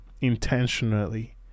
intentionally